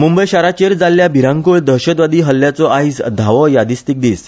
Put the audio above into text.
मूंबय शाराचेर जाल्ल्या भिरांकुळ दहशतवादी हल्ल्याचो आयज धावो यादस्तीक दिस